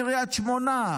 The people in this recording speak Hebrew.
אין קריית שמונה,